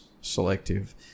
selective